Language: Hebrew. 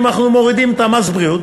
אם אנחנו מורידים את מס הבריאות,